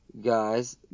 Guys